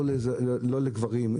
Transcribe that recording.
לא לגברים,